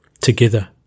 Together